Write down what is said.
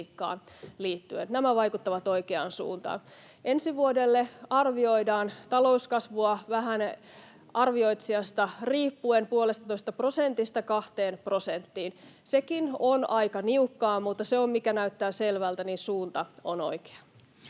Nämä vaikuttavat oikeaan suuntaan. Ensi vuodelle arvioidaan talouskasvua vähän arvioitsijasta riippuen puolestatoista prosentista kahteen prosenttiin. Sekin on aika niukkaa, mutta se, mikä näyttää selvältä, on se, että suunta on oikea.